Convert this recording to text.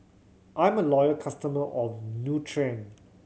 I'm a loyal customer of Nutren